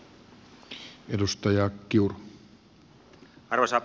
arvoisa herra puhemies